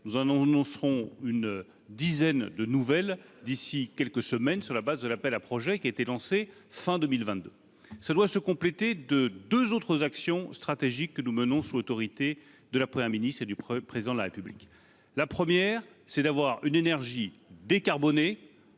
Nous en annoncerons une dizaine d'autres d'ici à quelques semaines sur la base des réponses à l'appel à projets qui a été lancé à la fin de l'année 2022. Ce dispositif se complète de deux autres actions stratégiques, que nous menons sous l'autorité de la Première ministre et du Président de la République. La première est d'avoir une énergie décarbonée